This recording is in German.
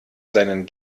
seinen